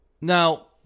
Now